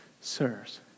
sirs